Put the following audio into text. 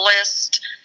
list